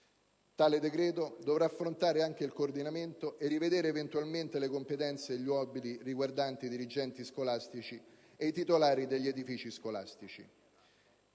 Tale decreto dovrà affrontare anche il coordinamento e rivedere eventualmente le competenze e gli obblighi riguardanti i dirigenti scolastici e i titolari degli edifici scolastici.